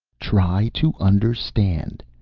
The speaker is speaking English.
try to understand.